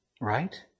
right